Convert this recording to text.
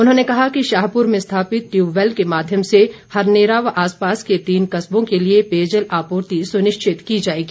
उन्होंने कहा कि शाहपुर में स्थापित टयूबवैल के माध्यम से हरनेरा व आसपास के तीन कस्बों के लिए पेयजल आपूर्ति सुनिश्चित की जाएगी